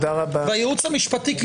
הייעוץ המשפטי,